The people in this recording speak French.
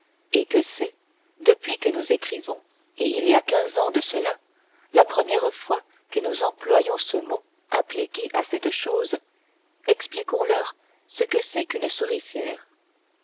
et que c'est depuis que nous écrivons et il y a quelque quinze ans de cela la première fois que nous employons ce mot appliqué à cette chose expliquonsleur ce que c'est qu'une souricière